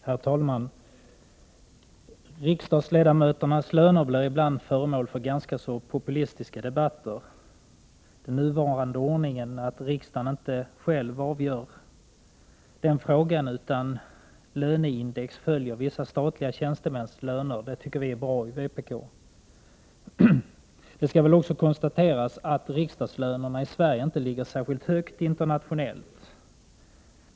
Herr talman! Riksdagsledamöternas löner blir ibland föremål för ganska populistiska debatter. Den nuvarande ordningen, att riksdagen inte själv avgör den frågan utan löneindex följer vissa statliga tjänstemäns löner, tycker vi i vpk är bra. Det skall väl också konstateras att riksdagslönerna i Sverige inte ligger särskilt högt internationellt.